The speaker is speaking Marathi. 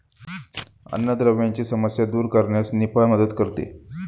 अन्नद्रव्यांची समस्या दूर करण्यास निफा मदत करते